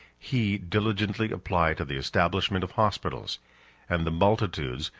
he diligently applied to the establishment of hospitals and the multitudes,